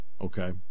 Okay